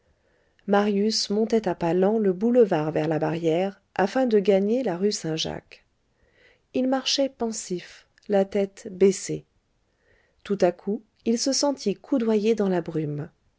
marius montait à pas lents le boulevard vers la barrière afin de gagner la rue saint-jacques il marchait pensif la tête baissée tout à coup il se sentit coudoyé dans la brume